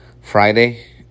Friday